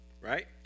right